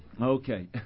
Okay